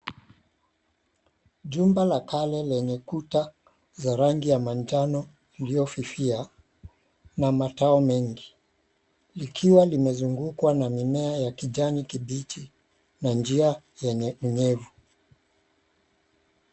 Jumba la kale lenye kuta za rangi ya manjano uliofifia namatao mengi, likiwa limezungukwa na majani ya kuijani kibichi na njia yenye unyevu.